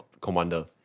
commander